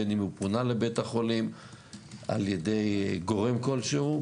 בין אם הוא פונה לבית החולים על ידי גורם כלשהו,